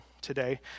today